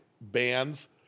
bands